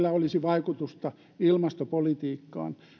millä olisi vaikutusta ilmastopolitiikkaan